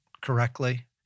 correctly